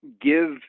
give